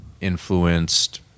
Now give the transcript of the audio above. influenced